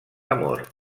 amor